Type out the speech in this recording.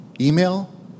Email